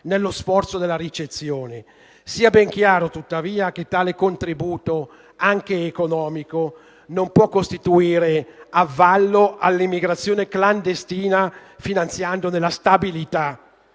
nello sforzo della ricezione. Sia ben chiaro tuttavia che tale contributo, anche economico, non può costituire un avallo all'immigrazione clandestina, finanziandone la stabilizzazione.